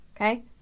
Okay